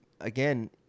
Again